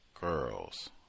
girls